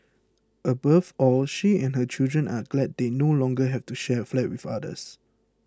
above all she and her children are glad they no longer have to share a flat with others